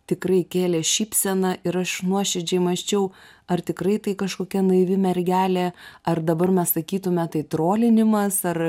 tikrai kėlė šypseną ir aš nuoširdžiai mąsčiau ar tikrai tai kažkokia naivi mergelė ar dabar mes sakytume tai trolinimas ar